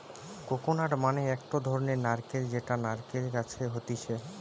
coconut মানে একটো ধরণের নারকেল যেটা নারকেল গাছে হতিছে